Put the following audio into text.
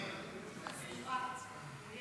גברתי היושבת-ראש, חברי